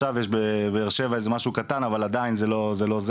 עכשיו יש בבאר שבע משהו קטן, אבל עדיין זה לא זה.